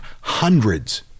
hundreds